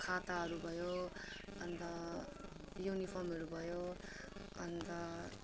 खाताहरू भयो अन्त युनिफर्महरू भयो अन्त